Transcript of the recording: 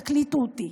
תקליטו אותי.